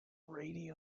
radio